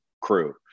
crew